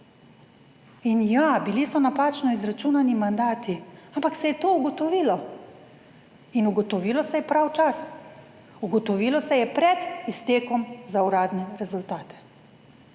In ja, bili so napačno izračunani mandati, ampak se je to ugotovilo in ugotovilo se je pravi čas, ugotovilo se je pred iztekom za uradne rezultate.